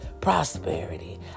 prosperity